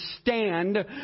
stand